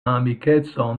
amikeco